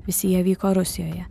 visi jie vyko rusijoje